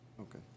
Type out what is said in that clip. okay